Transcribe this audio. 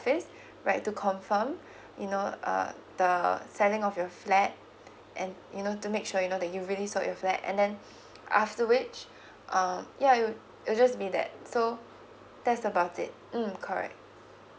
office right to confirm you know uh the selling of your flat and you know to make sure you know that you really sold your flat and then after which um yeah it would it just be that so that's about it mm correct